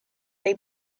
they